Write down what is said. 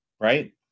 right